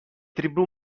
tribù